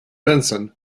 benson